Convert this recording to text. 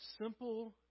simple